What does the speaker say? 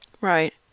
Right